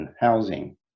housing